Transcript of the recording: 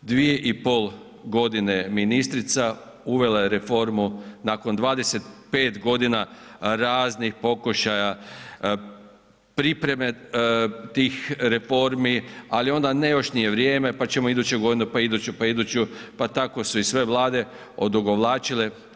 Dvije i pol godine je ministrica, uvela je reformu nakon 25 godina raznih pokušaja pripreme tih reformi, ali onda ne još nije vrijeme, pa ćemo iduće godine, pa iduću, pa iduću, pa tako su i sve vlade odugovlačile.